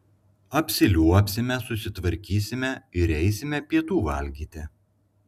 apsiliuobsime susitvarkysime ir eisime pietų valgyti